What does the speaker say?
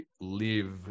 live